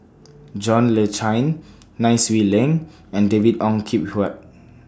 John Le Cain Nai Swee Leng and David Ong Kim Huat